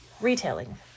Retailing